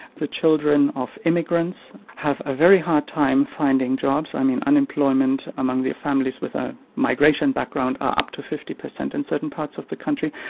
the children of immigrants have a very hard time finding jobs. i mean, unemployment among the families with a migration background are up to fifty percent in certain parts of the country.